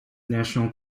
national